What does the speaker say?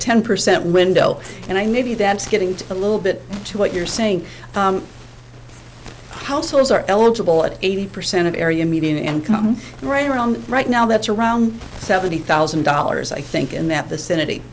ten percent window and i maybe that's getting a little bit to what you're saying households are eligible at eighty percent of area median income and right around right now that's around seventy thousand dollars i think in that